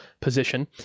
position